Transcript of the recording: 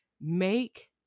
make